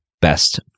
best